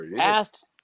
asked